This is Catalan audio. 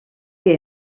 que